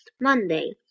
Monday